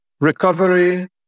recovery